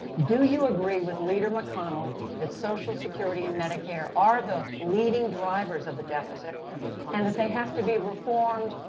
do you agree request leader mcconnell that social security and medicare are the leading drivers of the deficit and that they have to be reformed,